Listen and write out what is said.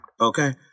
Okay